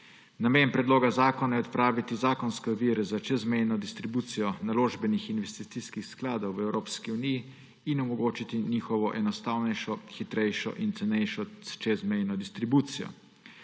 Namen predloga zakona je odpraviti zakonske ovire za čezmejno distribucijo naložbenih investicijskih skladov v Evropski uniji in omogočiti njihovo enostavnejšo, hitrejšo in cenejšo čezmejno distribucijo.